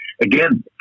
Again